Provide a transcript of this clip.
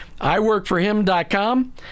iWorkForHim.com